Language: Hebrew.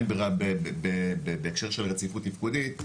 הן בהקשר של רציפות תפקודית,